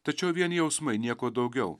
tačiau vien jausmai nieko daugiau